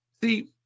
see